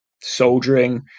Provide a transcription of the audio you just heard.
soldiering